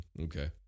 Okay